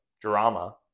drama